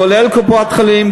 כולל קופות-חולים.